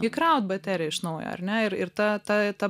įkraut bateriją iš naujo ar ne ir ir ta ta ta